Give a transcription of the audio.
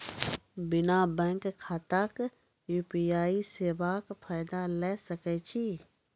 बिना बैंक खाताक यु.पी.आई सेवाक फायदा ले सकै छी?